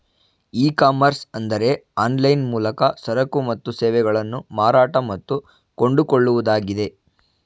E commerce ಅಂದರೆ online ಮೂಲಕ ಸರಕು ಮತ್ತು ಸೇವೆಗಳನ್ನು ಮಾರಾಟ ಮತ್ತು ಕೊಂಡುಕೊಳ್ಳುವುದಾಗಿದೆ